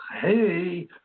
hey